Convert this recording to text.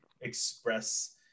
express